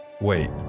Wait